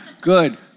Good